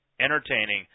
entertaining